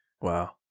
Wow